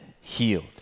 healed